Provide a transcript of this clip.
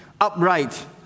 upright